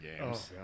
games